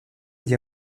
dit